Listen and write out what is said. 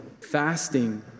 Fasting